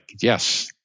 yes